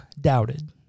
doubted